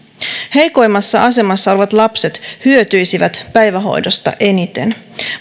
heikoimmassa asemassa olevat lapset hyötyisivät päivähoidosta eniten